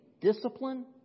discipline